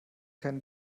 keine